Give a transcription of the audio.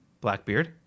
blackbeard